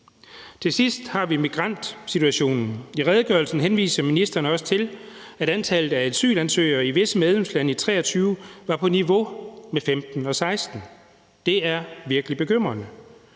Til sidst har vi migrantsituationen. I redegørelsen henviser ministeren også til, at antallet af asylansøgere i visse medlemslande i 2023 var på niveau med det i 2015 og 2016. Det er virkelig bekymrende.